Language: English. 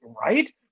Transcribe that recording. right